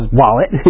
wallet